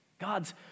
God's